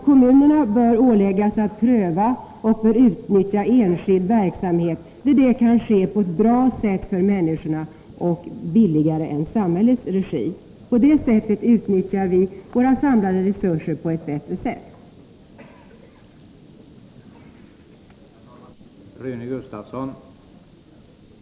Kommunerna bör åläggas den här prövningen och bör utnyttja enskild verksamhet, där det kan ske på ett bra sätt för människorna och billigare än i samhällets regi. På det sättet utnyttjar vi våra samlade resurser på ett bättre Nr 15 sätt.